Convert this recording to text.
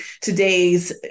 today's